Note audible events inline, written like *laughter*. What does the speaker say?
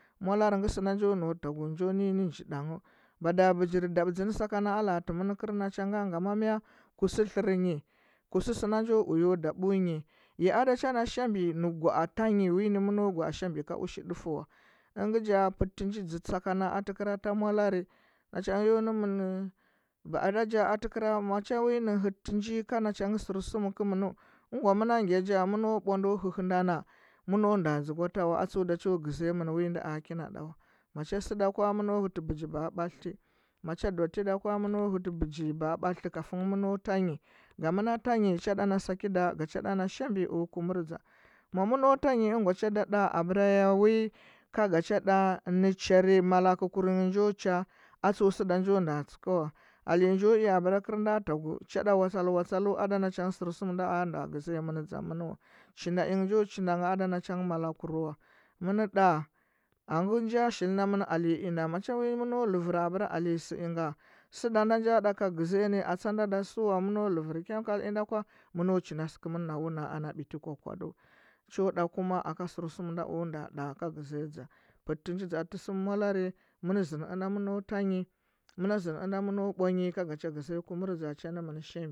Molare nge sena njo nau ta gu njo nɚ nyi ne nji danghɚ bada bɚgir dabȝi ne sakana a ka te hɚ ɚl na cha nga ngawa ɚ kusɚu tler nyi kuseu sɚna ko uya daɓu nyi ya ada cha na shaɓi ne gum a ta ny wi nɚ mɚno shabi ka ushi ɗufu wa inja pɚntɚ nji dsɚ sakana ate kete molare na ngɚ yo nemɚn ba ada nja ate kera ma cha wi nɚ herre tɚ nji ka na cha nge sersum kɚmenu ɚn gwa mɚna gya ja mɚno ɓwa na hɚhɚ ɗa na mɚ na nda dzugwa ta wa a tsue da cho gɚsɚmɚn wi nda a kina ɗa wa mo cha sɚ kwa mɚno hɚtɚ bɚgi ba batliti kafin mɚno ta nyi ga mɚna ta nyi cha ɗa ana sakida ana shiba o kumur dȝa ma mɚno ta nyi ɚngwa da ɗa abera ya wi ka ga cha ɗa chare malakɚu kur njo cha a cho sɚ da njo nda *unintelligible* ko wa bera kɚl nda tagu cha ɗa wa tsal watsala ada na cha nge sersum da a nda gɚȝiya ma dȝamen wa chi nda inge njo chi nda inge na cha nge malakur wa men ɗ a nge nja shili na men aley inda ma cha enu levera bera se inga se da nda nja ɗaka gȝiya ne atsa nda sɚuwa lever chemical inda kwa meno chi nda sekemen na biti ana wuna ana biti kukuɗu cho ɗa kuma aka sɚr sum nda o nda iɗa ka gɚȝi dȝa ped te gi dȝa te sem molare ma menu ta nyi manu ȝendi ina menu ɓwa nyi ka ga cha gɚȝiya kumur dȝa cha nemen shabi